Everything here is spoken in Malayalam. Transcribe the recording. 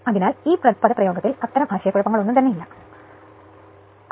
അതിനാൽ ഈ പദപ്രയോഗത്തിൽ അത്തരം ആശയക്കുഴപ്പമില്ല വായു വിടവിലൂടെയുള്ള വിദ്യുച്ഛക്തി